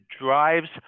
drives